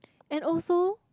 and also